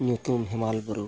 ᱧᱩᱛᱩᱢ ᱦᱮᱢᱟᱞ ᱵᱩᱨᱩ